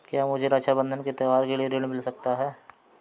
क्या मुझे रक्षाबंधन के त्योहार के लिए ऋण मिल सकता है?